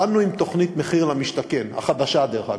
באנו עם תוכנית מחיר למשתכן, החדשה, דרך אגב.